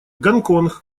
гонконг